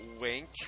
wink